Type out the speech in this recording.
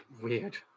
Weird